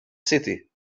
city